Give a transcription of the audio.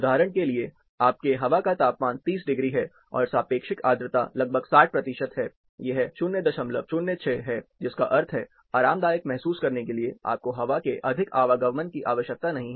उदाहरण के लिए आपके हवा का तापमान 30 डिग्री है और सापेक्षिक आर्द्रता लगभग 60 प्रतिशत है यह 006 है जिसका अर्थ है आरामदायक महसूस करने के लिए आपको हवा के अधिक आवागमन की आवश्यकता नहीं है